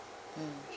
mm